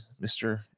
mr